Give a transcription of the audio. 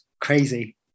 crazy